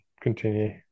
continue